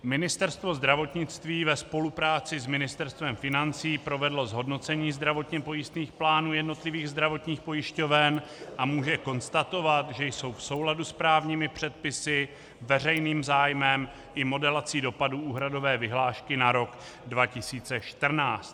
Ministerstvo zdravotnictví ve spolupráci s Ministerstvem financí provedlo zhodnocení zdravotně pojistných plánů jednotlivých zdravotních pojišťoven a může konstatovat, že jsou v souladu s právními předpisy, veřejným zájmem i modelací dopadů úhradové vyhlášky na rok 2014.